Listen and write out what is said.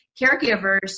caregivers